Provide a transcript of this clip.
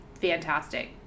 fantastic